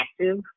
active